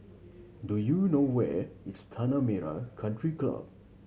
do you know where is Tanah Merah Country Club